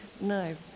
No